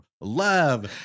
love